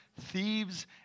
thieves